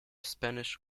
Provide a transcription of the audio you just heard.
spanish